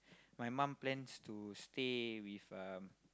my mum plans to stay with uh